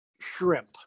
shrimp